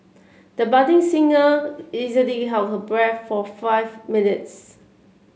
the budding singer easily held her breath for five minutes